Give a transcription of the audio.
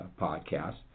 podcast